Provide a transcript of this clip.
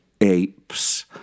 apes